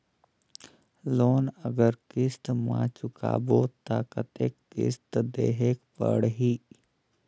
Loan अगर किस्त म चुकाबो तो कतेक किस्त देहेक पढ़ही?